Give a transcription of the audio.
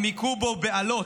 הם היכו בו באלות: